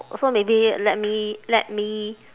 so maybe let me let me